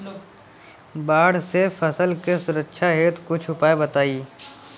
बाढ़ से फसल के सुरक्षा हेतु कुछ उपाय बताई?